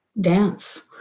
dance